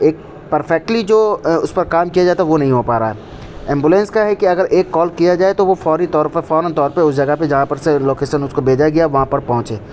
ایک پرفیکٹلی جو اس پر کام کیا جاتا ہے وہ نہیں ہو پا رہا ہے ایمبولینس کا ہے کہ اگر ایک کال کیا جائے تو وہ فوری طور پر فوراً طور پہ اس جگہ پہ جہاں پر سے لوکیسن اس کو بھیجا گیا ہے وہاں پر پہنچے